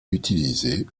utilisé